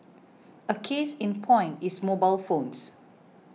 a case in point is mobile phones